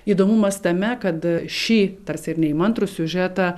įdomumas tame kad šį tarsi ir neįmantrų siužetą